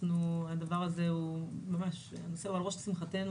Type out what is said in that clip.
הדבר הזה הוא ממש על ראש "שמחתנו",